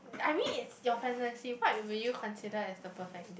I mean it's your fantasy what will you consider as the perfect date